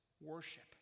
worship